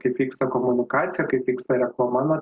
kaip vyksta komunikacija kaip vyksta reklama na